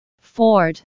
Ford